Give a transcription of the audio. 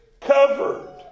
covered